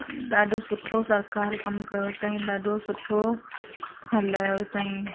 ॾाढो सुठो सरकारि कमु कयो अथेई ॾाढो सुठो हलायो अथेई